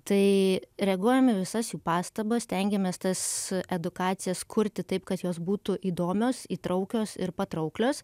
tai reaguojame į visas jų pastabas stengiamės tas edukacijas kurti taip kad jos būtų įdomios įtraukios ir patrauklios